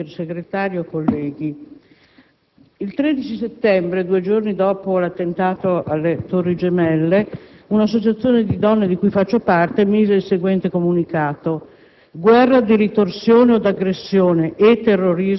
Presidente, Sottosegretario, colleghi, il 13 settembre, due giorni dopo l'attentato alle Torri gemelle, un'associazione di donne, di cui faccio parte, emise il seguente comunicato: